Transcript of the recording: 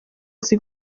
azi